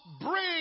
bring